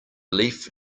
leaf